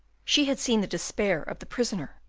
she had seen the despair of the prisoner,